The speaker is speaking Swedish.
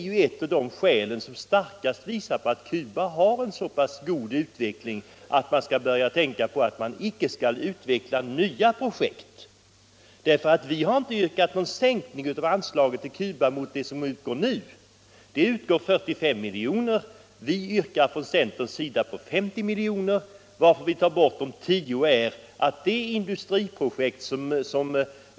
Det visar att Cuba har en så pass god utveckling att man inte skall börja tänka på att utveckla nya projekt. Vi har inte yrkat på någon sänkning av anslaget till Cuba i förhållande till vad som nu utgår, nämligen 45 milj.kr. Vi yrkar från centerns sida att anslaget skall uppgå till 50 milj.kr. — en minskning i förhållande till majoritetsförslaget med 10 milj.kr.